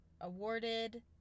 awarded